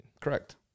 correct